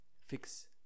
fix